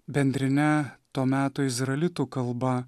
bendrine to meto izralitų kalba